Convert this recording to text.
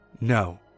no